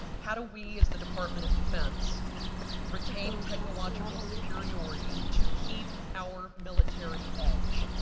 how do we as the department of defense retain technological superiority to keep our military edge?